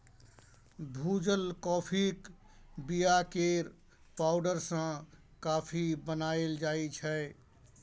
भुजल काँफीक बीया केर पाउडर सँ कॉफी बनाएल जाइ छै